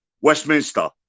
Westminster